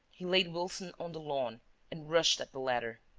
he laid wilson on the lawn and rushed at the ladder.